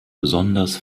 besonders